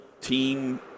team